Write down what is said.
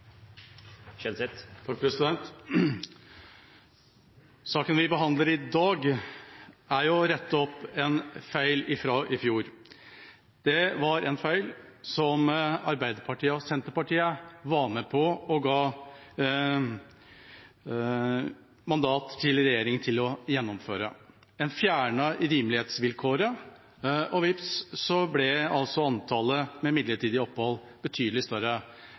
jo å rette opp en feil fra i fjor. Det var en feil som Arbeiderpartiet og Senterpartiet var med på og ga mandat til regjeringa til å gjennomføre. En fjernet rimelighetsvilkåret, og vips så ble altså antallet med midlertidig opphold betydelig større.